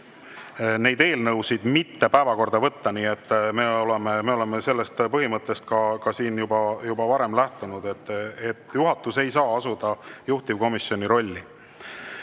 seda eelnõu mitte päevakorda võtta. Me oleme sellest põhimõttest siin ka varem lähtunud, et juhatus ei saa asuda juhtivkomisjoni rolli.